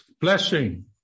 blessing